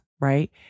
right